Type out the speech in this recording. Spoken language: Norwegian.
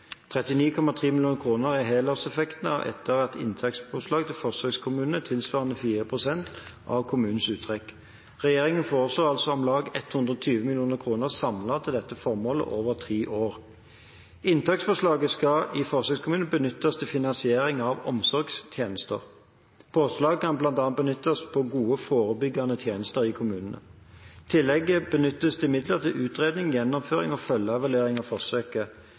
39,3 mill. kr er helårseffekten av et inntektspåslag til forsøkskommunene tilsvarende 4 pst. av kommunenes uttrekk. Regjeringen foreslår altså om lag 120 mill. kr samlet til dette formålet over tre år. Inntektspåslaget skal i forsøkskommunene benyttes til finansiering av omsorgstjenester. Påslaget kan bl.a. benyttes på gode forebyggende tjenester i kommunene. I tillegg benyttes det midler til utredning, gjennomføring og følgeevaluering av forsøket.